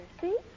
see